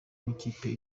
n’ikipe